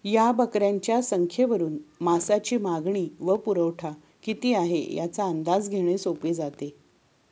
या बकऱ्यांच्या संख्येवरून मांसाची मागणी व पुरवठा किती आहे, याचा अंदाज घेणे सोपे जाते